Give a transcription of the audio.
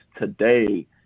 today